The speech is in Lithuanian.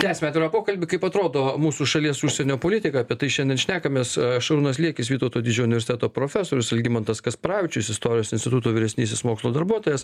tęsiame pokalbį kaip atrodo mūsų šalies užsienio politika apie tai šiandien šnekamės šarūnas liekis vytauto didžiojo universiteto profesorius algimantas kasparavičius istorijos instituto vyresnysis mokslo darbuotojas